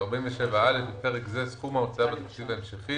47א. בפרק זה, "סכום ההוצאה בתקציב המשכי"